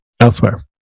elsewhere